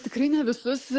tikrai ne visus